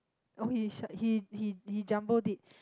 oh he shut he he he jumbled it